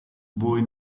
voi